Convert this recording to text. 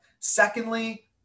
Secondly